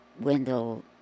Wendell